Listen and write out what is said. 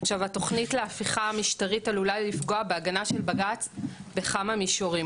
עכשיו התוכנית להפיכה המשטרית עלולה לפגוע בהגנה של בג"צ בכמה מישורים,